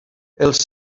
els